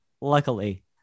luckily